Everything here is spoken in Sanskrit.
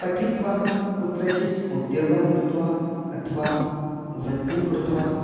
पठित्वा कुत्रचित् उद्योगं कृत्वा अथवा वृत्तिं कृत्वा